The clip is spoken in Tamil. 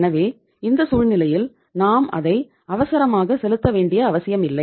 எனவே இந்த சூழ்நிலையில் நாம் அதை அவசரமாக செலுத்த வேண்டிய அவசியமில்லை